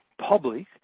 public